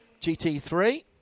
GT3